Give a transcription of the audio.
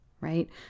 right